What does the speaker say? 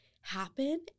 happen